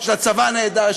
יש לה צבא נהדר,